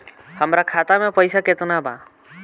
हमरा खाता में पइसा केतना बा?